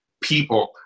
people